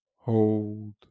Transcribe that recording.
Hold